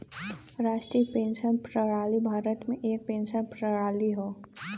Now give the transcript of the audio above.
राष्ट्रीय पेंशन प्रणाली भारत में एक पेंशन प्रणाली हौ